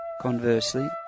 Conversely